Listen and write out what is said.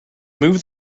move